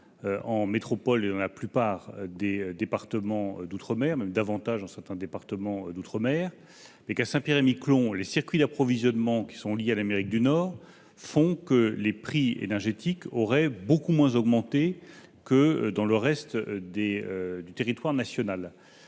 en métropole et dans la plupart des départements d'outre-mer, voire davantage dans certains départements d'outre-mer. À Saint-Pierre-et-Miquelon, les circuits d'approvisionnement, qui sont liés à l'Amérique du Nord, font que les prix énergétiques auraient beaucoup moins augmenté que dans le reste du territoire national.